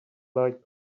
like